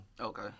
Okay